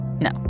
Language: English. No